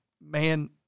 man